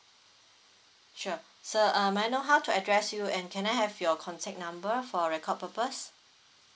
sure sir uh may I know how to address you and can I have your contact number for record purpose